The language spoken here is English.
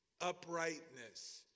uprightness